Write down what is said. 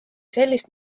sellist